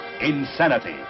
insanity